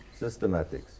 systematics